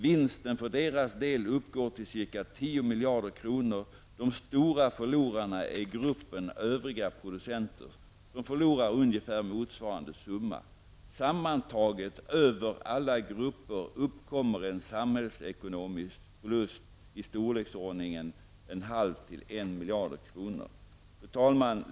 Vinsten för deras del uppgår till ca 10 miljarder kronor. De stora förlorarna är gruppen övriga producenter. De förlorar ungefär motsvarande summa. Sammantaget över alla grupper uppkommer en samhällsekonomisk förlust i storleksordningen Fru talman!